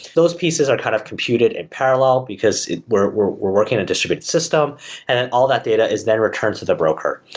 those pieces are kind of computed in parallel, because we're we're working in a distributed system and then all that data is then returned to the broker.